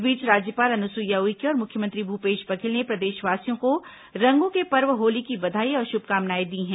इस बीच राज्यपाल अनुसुईया उइके और मुख्यमंत्री भूपेश बघेल ने प्रदेशवासियों को रंगों के पर्व होली की बधाई और शुभकामनाएं दी हैं